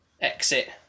exit